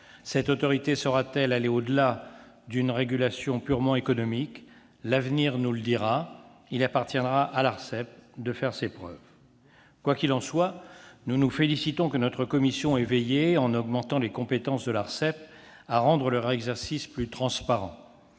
Cette autorité saura-t-elle aller au-delà d'une régulation purement économique ? L'avenir nous le dira ; il appartiendra à l'Arcep de faire ses preuves. Quoi qu'il en soit, nous nous félicitons que notre commission ait veillé, tout en augmentant les compétences de l'Arcep, à rendre leur exercice plus transparent-